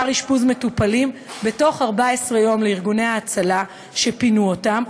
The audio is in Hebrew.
אשפוז מטופלים בתוך 14 יום לארגוני ההצלה שפינו אותם,